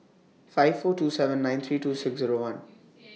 five four two seven nine three two six Zero one